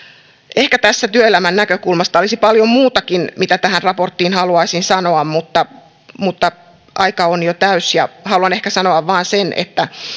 ehkä tässä työelämän näkökulmasta olisi paljon muutakin mitä tästä raportista haluaisin sanoa mutta mutta aika on jo täysi haluan ehkä sanoa vain sen että